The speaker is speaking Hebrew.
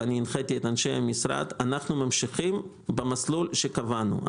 אני הנחיתי את אנשי המשרד שאנחנו ממשיכים במסלול שקבענו.